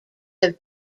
have